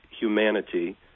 humanity